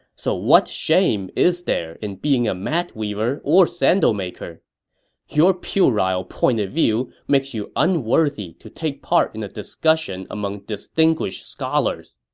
so what shame is there in being a mat weaver or sandal maker your puerile point of view makes you unworthy to take part in a discussion among distinguished scholars.